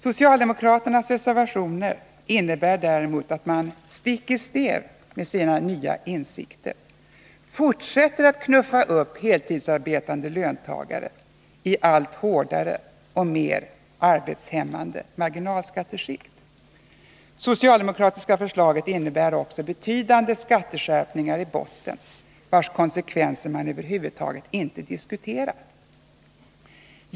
Socialdemokraternas reservationer innebär däremot att man, stick i stäv med sina nya insikter, fortsätter att knuffa upp heltidsarbetande löntagare i allt hårdare och mer arbetshämmande marginalskatteskikt. Det socialdemokratiska förslaget innebär också betydande skatteskärpningar i botten, vilkas konsekvenser man över huvud taget inte diskuterat.